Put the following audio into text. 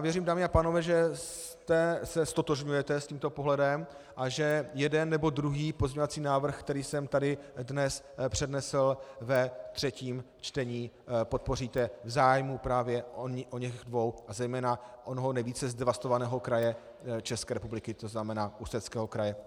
Věřím, dámy a pánové, že se ztotožňujete s tímto pohledem a že jeden nebo druhý pozměňovací návrh, který jsem tady dnes přednesl ve třetím čtení, podpoříte v zájmu právě oněch dvou krajů, zejména onoho nejvíce zdevastovaného kraje České republiky, to znamená Ústeckého kraje.